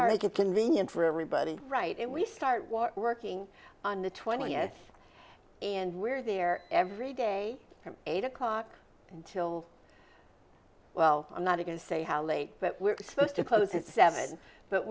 good convenient for everybody right and we start working on the twentieth and we're there every day from eight o'clock until well i'm not going to say how late but we're supposed to close at seven but